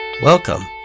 Welcome